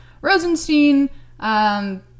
Rosenstein